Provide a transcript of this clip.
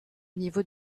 niveau